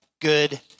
good